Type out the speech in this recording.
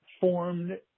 formed